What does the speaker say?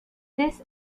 this